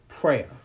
prayer